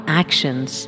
actions